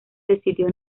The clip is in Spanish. decidió